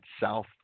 South